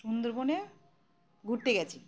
সুন্দরবনে ঘুরতে গিয়েছি